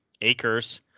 acres